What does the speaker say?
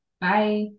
Bye